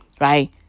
Right